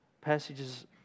Passages